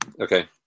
Okay